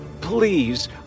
Please